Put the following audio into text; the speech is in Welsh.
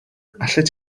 allet